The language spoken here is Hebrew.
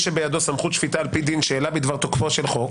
שבידו סמכות שפיטה על פי דין שאלה בדבר תוקפו של חוק,